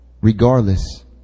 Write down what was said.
Regardless